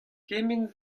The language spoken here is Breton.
kement